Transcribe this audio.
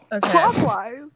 Clockwise